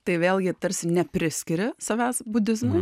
tai vėlgi tarsi nepriskiri savęs budizmui